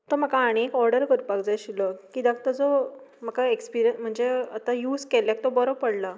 तो म्हाका आनीक एक ऑर्डर करपाक जाय आशिल्लो कित्याक ताचो म्हाका एक्सपीरियंस म्हणजे आतां यूझ केल्ल्याक तो बरो पडला